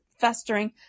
festering